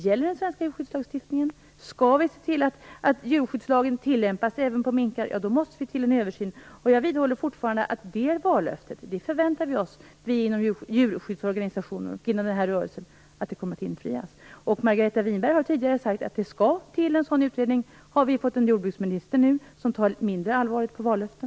Gäller den svenska djurskyddslagstiftningen och skall vi se till att djurskyddslagen tillämpas även på minkar, måste en översyn göras. Vi som tillhör djurskyddsrörelsen förväntar oss att löftet härom kommer att infrias. Margareta Winberg har tidigare sagt att det skall till en sådan utredning. Har vi nu fått en jordbruksminister som tar mindre allvarligt på vallöften?